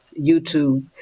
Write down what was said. YouTube